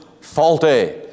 faulty